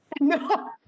No